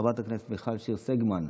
חברת הכנסת מיכל שיר סגמן,